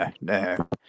No